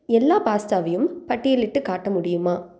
எல்லா பாஸ்தாவையும் பட்டியலிட்டுக் காட்ட முடியுமா